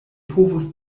povus